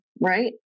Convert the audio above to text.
right